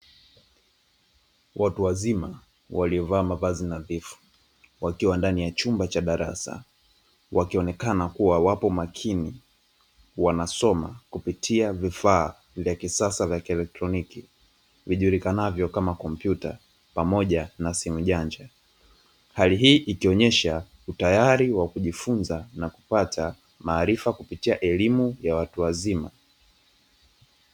Watu wazima waliyovaa mavazi nadhifu wakiwa ndani ya chumba cha darasa wakionekana kuwa wapo makini wanasoma kupitia vifaa vya kisasa vya kielektroniki vijulikanavyo kama kompyuta pamoja na simu janja, hali hii ikionyesha utayari kwa kujifunza na kupata maarifa kupitia elimu ya watu wazima